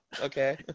okay